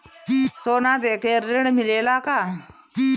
सोना देके ऋण मिलेला का?